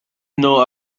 know